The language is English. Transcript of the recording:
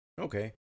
Okay